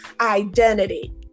identity